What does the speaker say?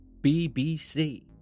BBC